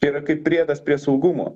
čia yra kaip priedas prie saugumo